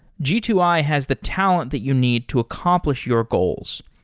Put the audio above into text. g two i has the talent that you need to accomplish your goals.